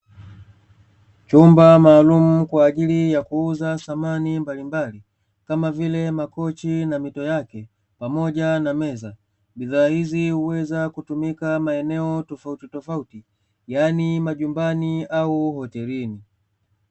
Nyumba maalumu kwa ajili ya kuuza samani mbalimbali, kama vile makochi na mito yake pamoja na meza; Bidhaa hizi huweza kutumika maeneo tofautitofauti yaani majumbani au hotelini.